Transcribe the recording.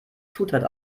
zutat